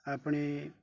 ਆਪਣੇ